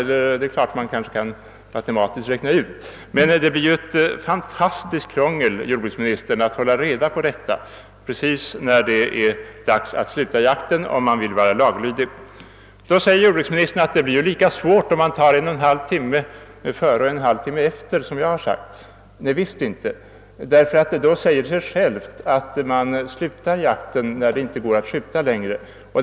Man kanske kan räkna ut det matematiskt, men det blir ju ett fantastiskt krångel, herr jordbruksminister, att exakt hålla reda på när det är tid att sluta jakten, om man vill vara laglydig. Jordbruksministern säger att det blir lika svårt om man tar en och en halv timme före och en och en halv timme efter vilket jag har föreslagit. Nej, visst inte, ty det säger sig självt att man slutar jakten när det inte med fördel går att skjuta längre.